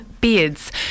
beards